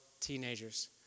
teenagers